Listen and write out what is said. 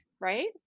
right